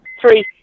three